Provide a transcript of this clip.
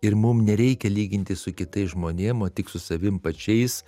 ir mum nereikia lygintis su kitais žmonėm o tik su savim pačiais